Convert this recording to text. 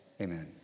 Amen